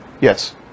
yes